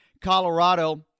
Colorado